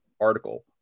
article